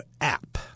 app